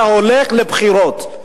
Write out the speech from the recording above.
אתה הולך לבחירות.